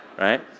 Right